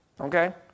Okay